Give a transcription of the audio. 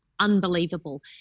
Unbelievable